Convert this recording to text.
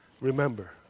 remember